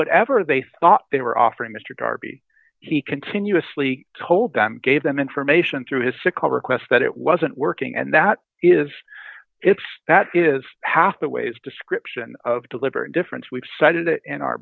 whatever they thought they were offering mr darby he continuously told them gave them information through his sickle requests that it wasn't working and that is it that is half the ways description of delivering difference we've cited in our